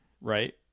Right